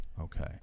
Okay